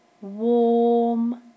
warm